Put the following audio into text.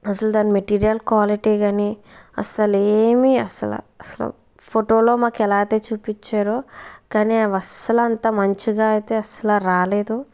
అసలు దాని material quality కాని అసలు ఏమీ అస్సలు అస్సలు ఫోటో లో మాకు ఎలా అయితే చూపించారో కానీ అవి అస్సలు అంత మంచిగా అయితే అసలు రాలేదు